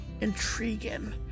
intriguing